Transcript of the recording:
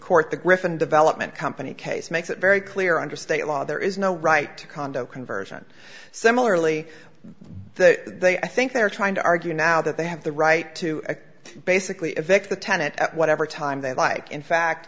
court the gryphon development company case makes it very clear under state law there is no right to condo conversion similarly the they i think they're trying to argue now that they have the right to basically evict the tenant at whatever time they like in fact